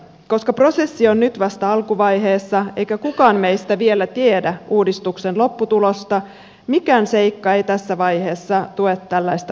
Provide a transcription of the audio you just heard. koska prosessi on nyt vasta alkuvaiheessa eikä kukaan meistä vielä tiedä uudistuksen lopputulosta mikään seikka ei tässä vaiheessa tue tällaista väittämää